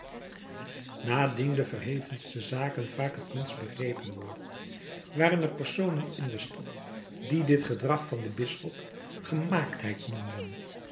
naardien de verhevenste zaken vaak het minst begrepen worden waren er personen in de stad die dit gedrag van den bisschop gemaaktheid noemden